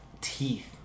Teeth